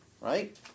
right